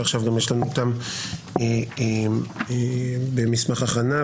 ועכשיו גם יש לנו אותם במסמך הכנה,